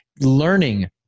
learning